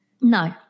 No